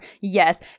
yes